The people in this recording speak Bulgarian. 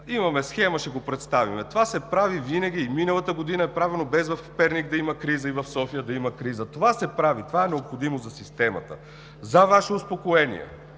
Имаме схема, ще го представим. Това се прави винаги – и миналата година е правено, без в Перник и в София да има криза. Това се прави, това е необходимо за системата. За Ваше успокоение